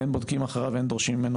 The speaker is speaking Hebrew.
אין בודקים אחריו ואין דורשים ממנו